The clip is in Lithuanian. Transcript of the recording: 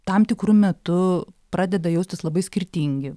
tam tikru metu pradeda jaustis labai skirtingi